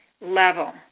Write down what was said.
level